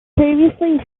previously